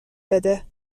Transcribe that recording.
بده